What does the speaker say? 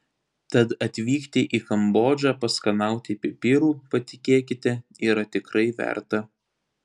tad atvykti į kambodžą paskanauti pipirų patikėkite yra tikrai verta